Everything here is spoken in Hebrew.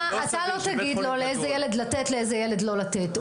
אתם אתה לא תגיד לו לאיזה ילד לתת ולאיזה ילד לא לתת.